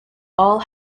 all